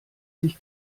sich